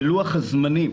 בלוח הזמנים